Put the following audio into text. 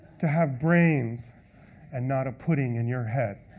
to have brains and not a pudding in your head.